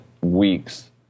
weeks